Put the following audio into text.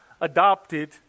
adopted